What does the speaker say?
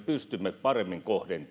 pystymme paremmin